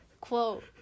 quote